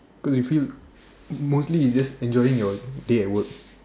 could they feel mostly is just enjoying your day at work